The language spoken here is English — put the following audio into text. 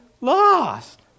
lost